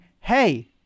Hey